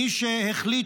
מי שהחליט,